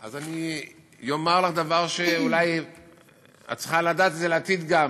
אז אני אומר לך דבר שאולי את צריכה לדעת לעתיד גם,